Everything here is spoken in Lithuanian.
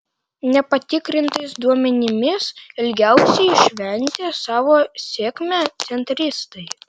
nepatikrintais duomenimis ilgiausiai šventė savo sėkmę centristai